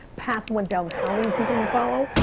path went down how many people you follow.